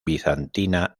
bizantina